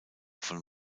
von